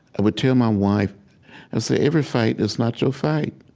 i would tell my wife and say, every fight is not your fight.